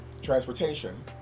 transportation